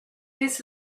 this